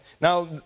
Now